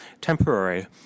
temporary